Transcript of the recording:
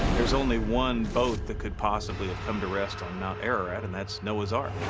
there's only one boat that could possibly have come to rest on mount ararat, and that's noah's ark.